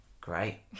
great